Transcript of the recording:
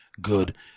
good